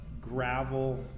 gravel